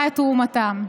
ביניים.